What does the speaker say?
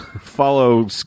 follow